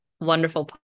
wonderful